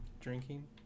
Drinking